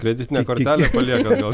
kreditinę kortelę paliekat gal